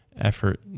effort